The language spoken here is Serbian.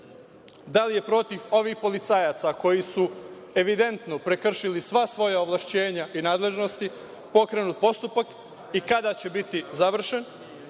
da li je protiv ovih policajaca koji su evidentno prekršili sva svoja ovlašćenja i nadležnosti pokrenut postupak i kada će biti završen?